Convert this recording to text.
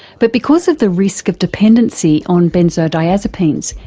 but because of the risk of dependency on benzodiazepines,